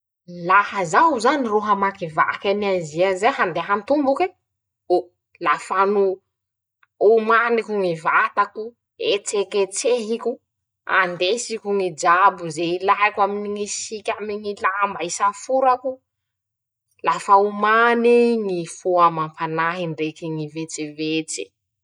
<...>Laha zaho zany ro hamakivaky an'Azia zay handeha an-tomboke, ôo, lafa no omaniko ñy vatako, etseketsehiko, andesiko ñy jabo ze ilaeko aminy ñy siky aminy ñy lamba isaforako, lafa omanyy ñy fo amam-panahy, ndreky ñy vetsevetse.